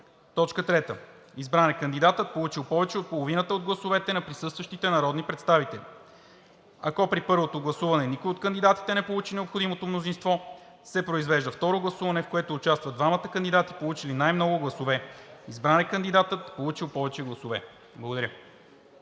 3. Избран е кандидатът, получил повече от половината от гласовете на присъстващите народни представители. Ако при първото гласуване никой от кандидатите не получи необходимото мнозинство, се произвежда второ гласуване, в което участват двамата кандидати, получили най-много гласове. Избран е кандидатът, получил повече гласове.“ Благодаря.